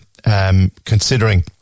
Considering